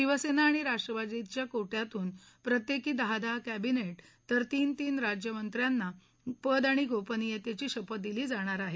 शिवसेना आणि राष्ट्रवादीच्या कोट्यातून प्रत्येकी दहा दहा क्रिनेट तर तीन तीन राज्यमंत्र्यांना पद आणि गोपनीयतेची शपथ दिली जाणार आहे